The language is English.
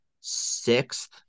sixth